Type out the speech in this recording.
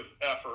effort